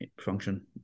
function